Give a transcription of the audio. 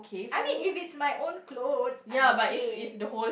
I mean if it's my own clothes I'm okay